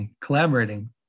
collaborating